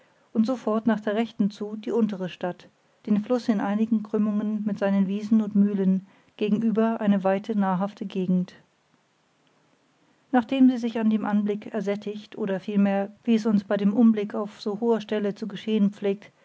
und so fort nach der rechten zu die untere stadt den fluß in einigen krümmungen mit seinen wiesen und mühlen gegenüber eine weite nahrhafte gegend nachdem sie sich an dem anblick ersättigt oder vielmehr wie es uns bei dem umblick auf so hoher stelle zu geschehen pflegt